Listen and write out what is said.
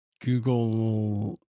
Google